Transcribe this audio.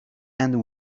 and